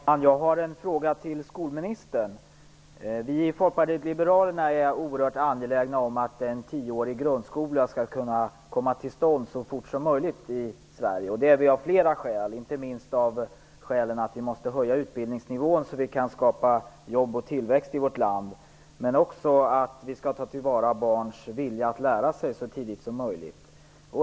Herr talman! Jag har en fråga till skolministern. Vi i Folkpartiet liberalerna är oerhört angelägna om att en tioårig grundskola kommer till stånd så fort som möjligt i Sverige. Vi är angelägna av flera skäl, inte minst att vi måste höja utbildningsnivån så att vi kan skapa jobb och tillväxt i vårt land. Men vi skall också ta till vara barns vilja att lära så tidigt som möjligt.